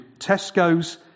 Tesco's